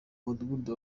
mudugudu